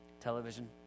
television